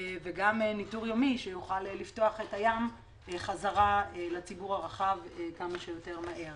וגם ניטור יומי שיוכל לפתוח את הים חזרה לציבור הרחב כמה שיותר מהר